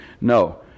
No